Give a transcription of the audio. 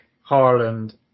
Harland